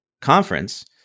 conference